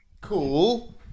Cool